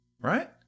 Right